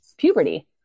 puberty